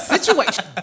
situation